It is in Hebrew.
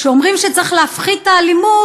אומרים שצריכים להפחית את האלימות,